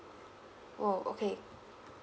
!whoa! okay